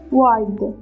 wide